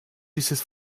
dieses